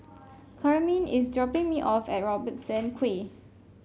Carmine is dropping me off at Robertson Quay